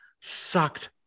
sucked